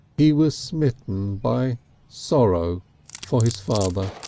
he was smitten by sorrow for his father.